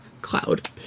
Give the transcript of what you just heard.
Cloud